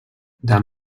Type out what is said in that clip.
del